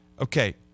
Okay